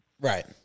Right